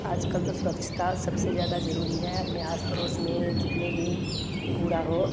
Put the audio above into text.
आजकल तो स्वछता सबसे ज्यादा जरुरी है अपने आस पड़ोस में जितने भी कूड़ा हो